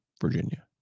Virginia